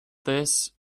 this